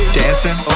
dancing